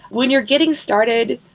when you're getting started,